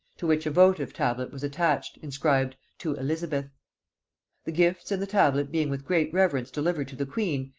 to which a votive tablet was attached, inscribed to elizabeth the gifts and the tablet being with great reverence delivered to the queen,